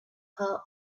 her